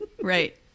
Right